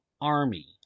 army